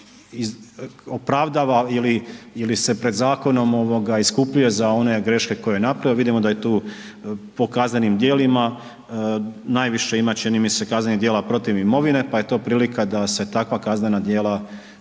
opravdava ili se pred zakonom iskupljuje za one greške koje je napravio, vidimo da je tu po kaznenim djelima, najviše ima čini mi se kaznenih djela protiv imovine pa je to prilika da se takva kaznena djela